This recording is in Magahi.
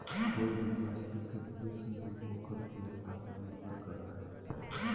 कोय भी वस्तु के भविष्य मूल्य ओकर उपयोगिता पर निर्भर करो हय